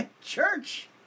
Church